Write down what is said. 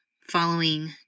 following